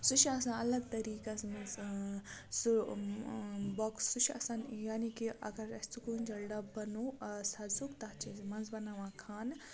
سُہ چھُ آسان الگ طٔریٖقَس منٛز سُہ بۄکٕس سُہ چھُ آسان یعنی کہِ اَگر اَسہِ سُہ ژُکوٗنٛجَل ڈَبہٕ بَنوو سَزُک تَتھ چھِ أسۍ منٛزٕ بَناوان کھانہٕ